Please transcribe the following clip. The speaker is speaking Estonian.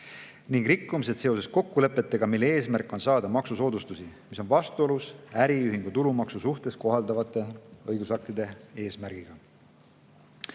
ning rikkumised seoses kokkulepetega, mille eesmärk on saada maksusoodustusi, mis on vastuolus äriühingu tulumaksu suhtes kohaldatavate õigusaktide eesmärgiga.